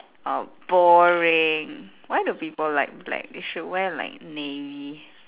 orh boring why do people like black they should wear like navy